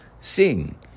Sing